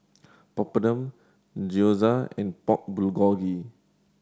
Papadum Gyoza and Pork Bulgogi